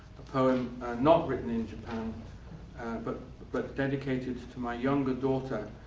a poem not written in japan but but dedicated to my younger daughter,